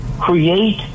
create